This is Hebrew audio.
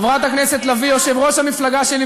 יו"ר המפלגה שלך,